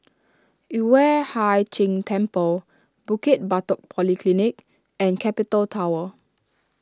Yueh Hai Ching Temple Bukit Batok Polyclinic and Capital Tower